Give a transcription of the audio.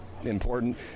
Important